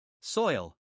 Soil